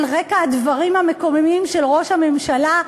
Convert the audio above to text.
על רקע הדברים המקוממים של ראש הממשלה,